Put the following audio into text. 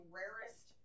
rarest